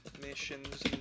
missions